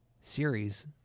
series